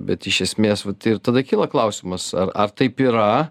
bet iš esmės vat ir tada kyla klausimas ar ar taip yra